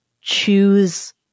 choose